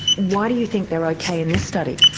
why do you think they're okay in this study?